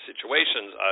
situations